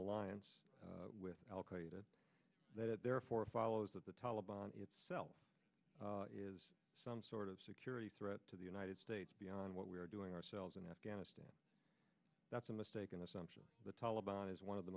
alliance with al qaeda that it therefore follows that the taliban itself is some sort of security threat to the united states beyond what we are doing ourselves in afghanistan that's a mistaken assumption the taliban is one of the